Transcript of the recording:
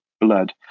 blood